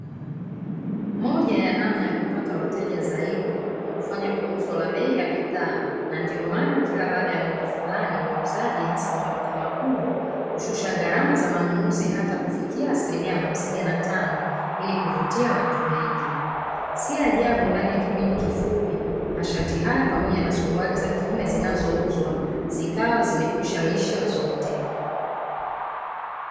Moja ya namna ya kupata wateja zaidi kufanya punguzo la bei ya bidhaa. Na ndio maana kila baada ya muda fulani wauzaji hasa wa maduka makubwa, kushusha gharama za manunuzi hata kufikia hamsini na tano ili kuvutia watu wengi. Si ajabu ndani ya kipindi kifupi masharti haya pamoja na suruali za kiume zinazouzwa zikawa zimekwisha isha zote.